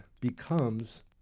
becomes